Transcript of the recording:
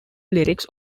lyrics